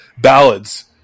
ballads